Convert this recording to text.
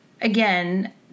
again